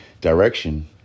direction